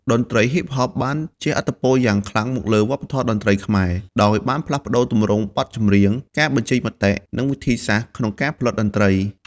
តន្រ្តីហ៊ីបហបបានជះឥទ្ធិពលយ៉ាងខ្លាំងមកលើវប្បធម៌តន្ត្រីខ្មែរ ដោយបានផ្លាស់ប្ដូរទម្រង់បទចម្រៀង ការបញ្ចេញមតិ និងវិធីសាស្រ្តក្នុងការផលិតតន្ត្រី។